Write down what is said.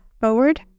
forward